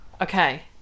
Okay